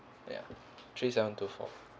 ya three seven two four